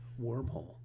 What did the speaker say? Wormhole